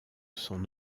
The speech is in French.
son